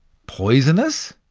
poisonous?